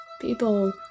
People